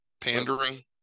pandering